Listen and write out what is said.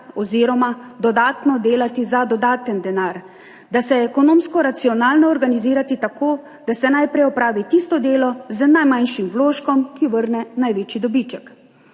oziroma dodatno delati za dodaten denar, da se ekonomsko racionalno organizirati tako, da se najprej opravi tisto delo z najmanjšim vložkom, ki vrne največji dobiček.